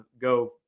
go